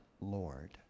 Lord